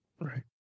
Right